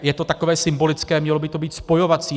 Je to takové symbolické, mělo by to být spojovací.